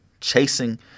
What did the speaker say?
chasing